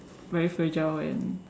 very fragile and